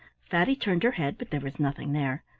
fatty turned her head, but there was nothing there.